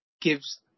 gives